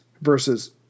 versus